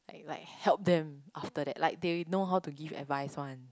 like like help them after that like they know how to give advice one